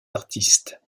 artistes